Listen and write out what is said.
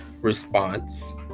response